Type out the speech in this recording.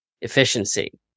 efficiency